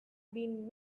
been